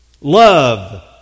Love